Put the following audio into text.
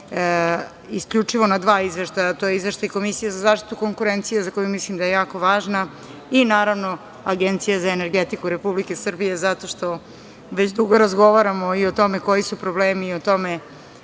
isključivo na dva izveštaja, a to je izveštaj Komisije za zaštitu konkurencije za koju mislim da je jako važna i naravno Agencija za energetiku Republike Srbije zato što već dugo razgovaramo i o tome koji su problemi o tome